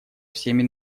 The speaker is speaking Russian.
всеми